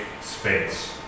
space